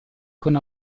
con